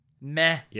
meh